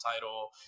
title